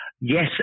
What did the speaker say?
Yes